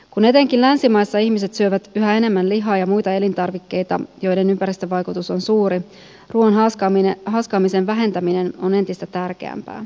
kun etenkin länsimaissa ihmiset syövät yhä enemmän lihaa ja muita elintarvikkeita joiden ympäristövaikutus on suuri ruuan haaskaamisen vähentäminen on entistä tärkeämpää